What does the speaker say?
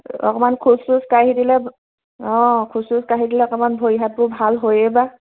অকণমান খোজ চোজ কাঢ়ি দিলে অ খোজ চোজ কাঢ়ি দিলে অকণমান ভৰি হাতবোৰ ভাল হয়েই বা